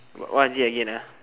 what what is it again ah